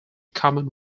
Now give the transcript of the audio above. common